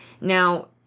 Now